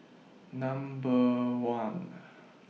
Number one